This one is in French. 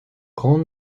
grand